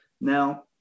Now